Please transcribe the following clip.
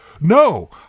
No